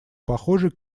похожий